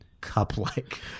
cup-like